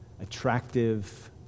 Attractive